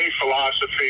philosophy